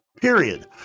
period